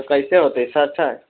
तऽ कैसे होत्ते सर